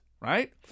right